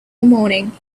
morning